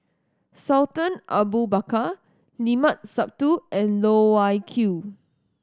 Sultan Abu Bakar Limat Sabtu and Loh Wai Kiew